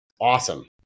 awesome